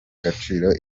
agaciro